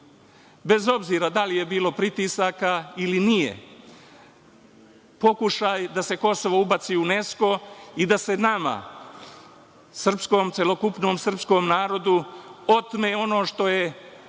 obzira da li je bilo pritiska ili nije, pokušaj da se Kosovo ubaci u UNESKO i da se nama, celokupnom srpskom narodu otme ono što je,